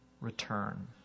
return